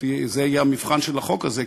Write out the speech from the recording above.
זה יהיה המבחן של החוק הזה,